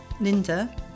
linda